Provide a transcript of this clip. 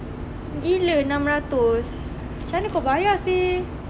gila enam ratus macam mana kau bayar seh